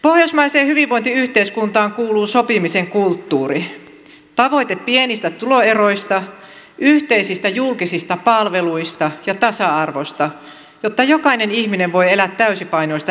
pohjoismaiseen hyvinvointiyhteiskuntaan kuuluu sopimisen kulttuuri tavoite pienistä tuloeroista yhteisistä julkisista palveluista ja tasa arvosta jotta jokainen ihminen voi elää täysipainoista elämää